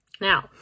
Now